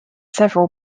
several